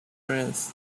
brains